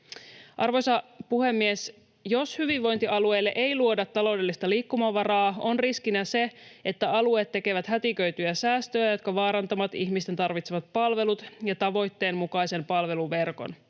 Arvoisa puhemies! Jos hyvinvointialueille ei luoda taloudellista liikkumavaraa, on riskinä se, että alueet tekevät hätiköityjä säästöjä, jotka vaarantavat ihmisten tarvitsemat palvelut ja tavoitteen mukaisen palveluverkon.